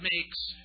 makes